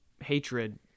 hatred